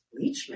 Leachman